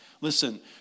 Listen